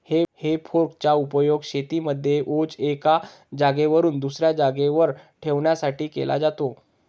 हे फोर्क चा उपयोग शेतीमध्ये ओझ एका जागेवरून दुसऱ्या जागेवर ठेवण्यासाठी केला जातो